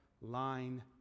line